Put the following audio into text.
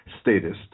statist